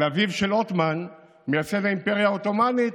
על אביו של עות'מאן, מייסד האימפריה העות'מאנית,